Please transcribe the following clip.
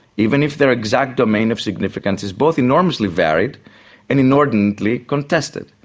even if their exact domain of significance is both enormously varied and inordinately contested.